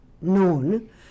known